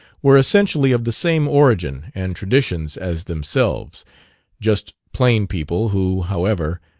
were essentially of the same origin and traditions as themselves just plain people who, however,